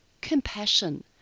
compassion